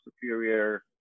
superior